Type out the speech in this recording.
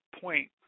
point